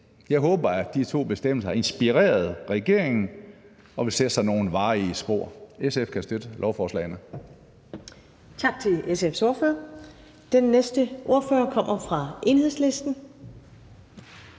Jeg håber, at de to bestemmelser inspirerede regeringen og vil sætte sig nogle varige spor. SF kan støtte lovforslagene.